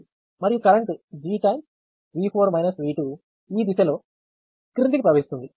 మరియు current G ఈ దిశలో క్రిందికి ప్రవహిస్తుంది